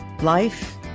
life